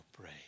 pray